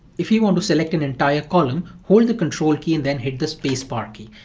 if he want to select an entire column, hold the control key and then hit the space bar key.